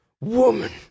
woman